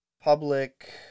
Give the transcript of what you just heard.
public